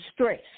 stress